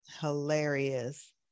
Hilarious